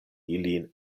ilin